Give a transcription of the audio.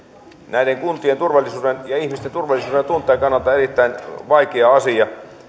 näiden kuntien turvallisuuden ja ihmisten turvallisuudentunteen kannalta erittäin vaikea asia